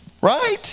Right